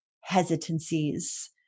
hesitancies